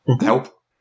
help